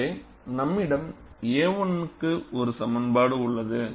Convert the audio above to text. எனவே நம்மிடம் A 1 க்கு ஒரு சமன்பாடு உள்ளது